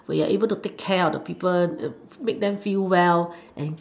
when you're able to take care of the people make them feel well